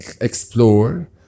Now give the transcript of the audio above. explore